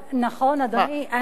נכון, אדוני.